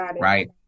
right